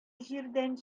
җирдән